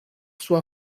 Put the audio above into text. sua